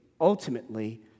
ultimately